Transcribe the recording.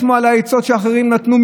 לשמוע לעצות שאחרים נתנו,